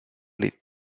les